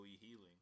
healing